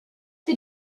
für